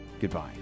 Goodbye